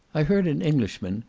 i heard an englishman,